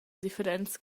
differents